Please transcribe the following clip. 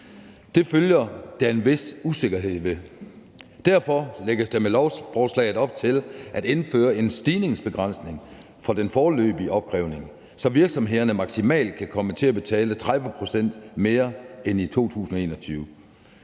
det følger der en vis usikkerhed. Derfor lægges der med lovforslaget op til at indføre en stigningsbegrænsning på den foreløbige opkrævning, så virksomhederne maksimalt kan komme til at betale 30 pct. mere end i 2021.